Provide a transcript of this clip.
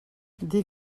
dir